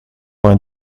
vingt